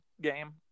game